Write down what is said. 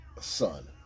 son